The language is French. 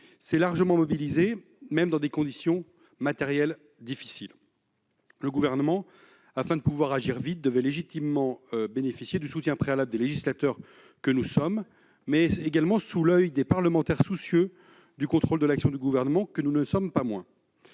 s'est largement mobilisé, même dans des conditions matérielles difficiles. Le Gouvernement, afin de pouvoir agir vite, devait légitimement bénéficier du soutien préalable des législateurs que nous sommes, mais sous l'oeil des parlementaires soucieux du contrôle de l'action gouvernementale que nous ne sommes pas moins.